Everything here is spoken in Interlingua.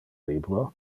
libro